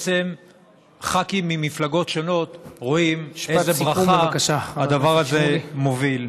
וח"כים ממפלגות שונות רואים איזו ברכה הדבר הזה מביא.